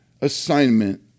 assignment